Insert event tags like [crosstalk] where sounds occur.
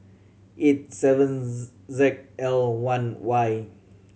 eight seven [unintelligible] Z L one Y